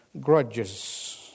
grudges